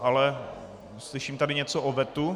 Ale slyším tady něco o vetu.